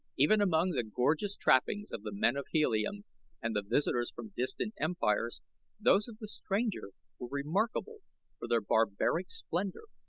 even among the gorgeous trappings of the men of helium and the visitors from distant empires those of the stranger were remarkable for their barbaric splendor.